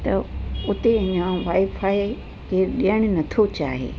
त हुते इअं वाएफाए ॾियणु नथो चाहे